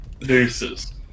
Deuces